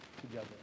together